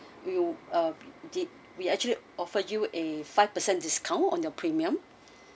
you ah did we actually offered you a five percent discount on your premium